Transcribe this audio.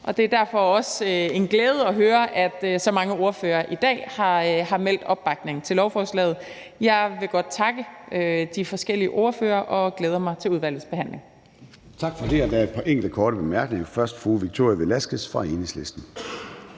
og det er derfor også en glæde at høre, at så mange ordførere i dag har udtrykt opbakning til lovforslaget. Jeg vil godt takke de forskellige ordførere og glæder mig til udvalgets behandling. Kl. 14:06 Formanden (Søren Gade): Tak for det. Der er et par enkelte korte bemærkninger, først fra fru Victoria Velasquez fra Enhedslisten.